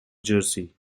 jersey